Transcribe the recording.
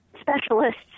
specialists